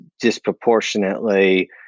disproportionately